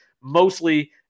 Mostly